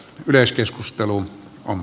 yleiskeskustelua on